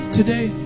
today